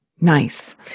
Nice